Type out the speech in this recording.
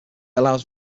allows